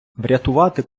врятувати